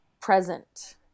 present